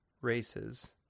races